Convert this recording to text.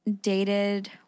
dated